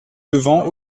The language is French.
levant